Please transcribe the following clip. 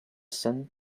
send